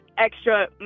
Extra